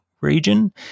region